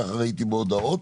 כך ראיתי בהודעות,